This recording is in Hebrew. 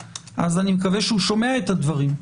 אז אני מקווה שהוא שומע את הדברים.